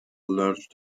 large